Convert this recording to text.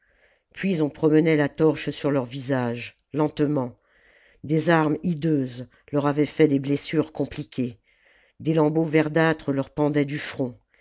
puis on promenait la torche sur leur visage lentement des armes hideuses leur avaient fait des blessures compliquées des lambeaux verdâtres leur pendaient du front